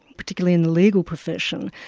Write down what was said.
particularly in the legal profession.